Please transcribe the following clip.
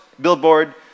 billboard